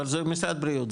אבל זה משרד הבריאות.